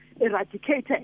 eradicated